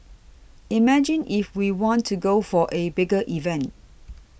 imagine if we want to go for a bigger event